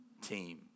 team